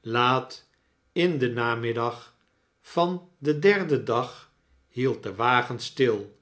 laat in den namiddag van den derden dag hield de wagen stil